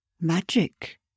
magic